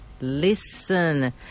Listen